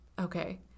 okay